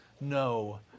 no